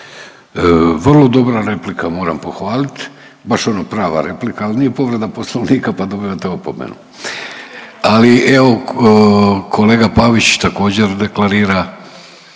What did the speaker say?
Vrlo dobra replika moram pohvaliti. Baš ono prava replika, ali nije povreda Poslovnika pa dobivate opomenu. Ali evo kolega Pavić deklarira